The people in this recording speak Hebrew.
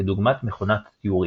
כדוגמת מכונת טיורינג.